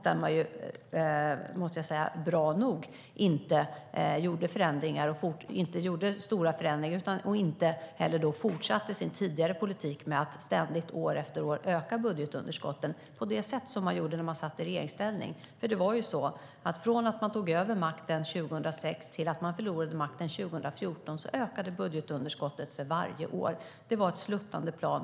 Den var bra nog. Man gjorde inga stora förändringar och fortsatte inte med den tidigare politiken att ständigt, år efter år, öka budgetunderskotten på det sätt man gjorde när man satt i regeringsställning. Det var ju så att från det att man tog över makten 2006 till att man förlorade makten 2014 ökade budgetunderskottet för varje år. Det var ett sluttande plan.